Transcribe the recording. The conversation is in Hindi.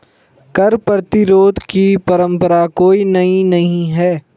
कर प्रतिरोध की परंपरा कोई नई नहीं है